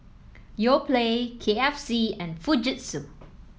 Yoplait K F C and Fujitsu